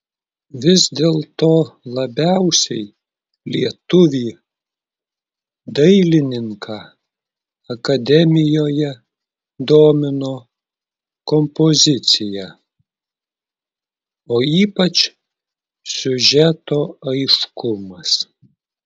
vis dėlto labiausiai lietuvį dailininką akademijoje domino kompozicija o ypač siužeto aiškumas